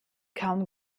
kaum